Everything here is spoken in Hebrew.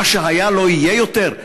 מה שהיה לא יהיה יותר,